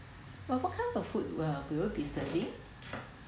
what what kind of food were will you be serving